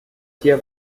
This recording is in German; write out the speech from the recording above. dir